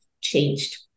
changed